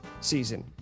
season